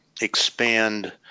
expand